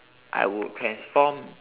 I would transform